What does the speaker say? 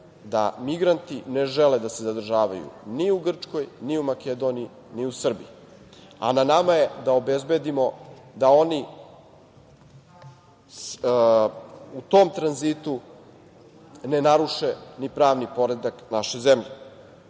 da migranti ne žele da se zadržavaju ni u Grčkoj, ni u Makedoniji, ni u Srbiji, a na nama je da obezbedimo da oni u tom tranzitu ne naruše ni pravni poredak naše zemlje.